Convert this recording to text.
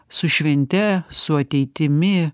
su švente su ateitimi